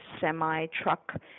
semi-truck